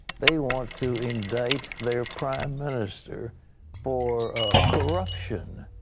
they want to indict their prime minister for corruption.